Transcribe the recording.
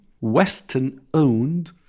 Western-owned